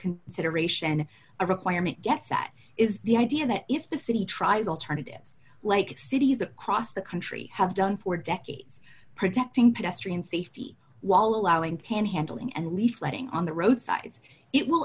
consideration a requirement gets at is the idea that if the city tries alternatives like cities across the country have done for decades protecting pedestrian safety while allowing panhandling and leafletting on the roadsides it will